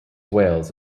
wales